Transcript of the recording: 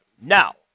now